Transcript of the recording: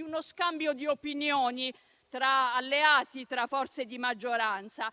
uno scambio di opinioni tra alleati e tra forze di maggioranza.